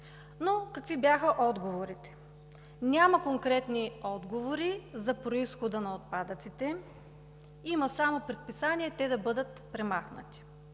но какви бяха отговорите? Няма конкретни отговори за произхода на отпадъците. Има само предписание те да бъдат премахнати,